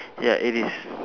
ya it is